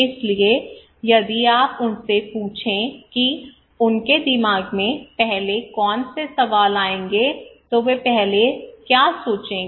इसलिए यदि आप उनसे पूछें कि उनके दिमाग में पहले कौन से सवाल आएंगे तो वे पहले क्या सोचेंगे